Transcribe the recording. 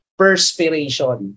perspiration